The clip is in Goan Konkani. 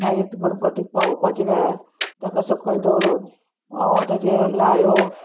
मागीर गणपतीक पावोवपाच्या वेळार ताका सकयल दवरून ताचेर ल्हायो